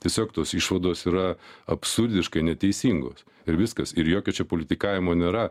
tiesiog tos išvados yra absurdiškai neteisingos ir viskas ir jokio čia politikavimo nėra